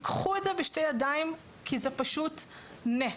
תיקחו את זה בשתי ידיים כי זה פשוט נס.